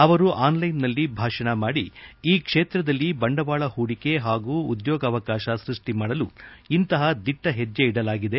ಅವರು ಆನ್ಲೈನ್ನಲ್ಲಿ ಭಾಷಣ ಮಾದಿ ಈ ಕ್ಷೇತ್ರದಲ್ಲಿ ಬಂಡವಾಳ ಹೂಡಿಕೆ ಹಾಗೂ ಉದ್ಯೋಗಾವಕಾಶ ಸೃಷ್ಟಿಮಾಡಲು ಇಂತಹ ದಿಟ್ವ ಹೆಜ್ಜೆ ಇಡಲಾಗಿದೆ